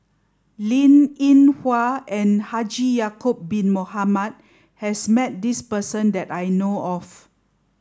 Linn In Hua and Haji Ya'acob bin Mohamed has met this person that I know of